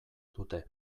dute